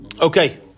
Okay